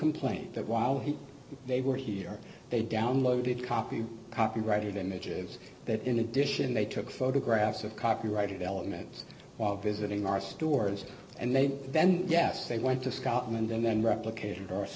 complaint that while he they were here they downloaded copy copyrighted images that in addition they took photographs of copyrighted elements while visiting our stores and they then yes they went to scotland and then replicated our